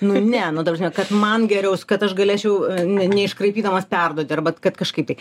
nu ne nu ta prasme kad man geriau kad aš galėčiau ne neiškraipydamas perduoti arba kad kažkaip tai